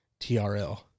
TRL